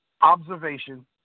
observation